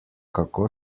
kako